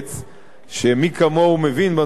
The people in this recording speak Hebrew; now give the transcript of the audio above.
שמי כמוהו מבין בנושא החברתי,